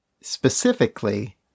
specifically